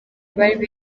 bari